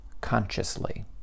consciously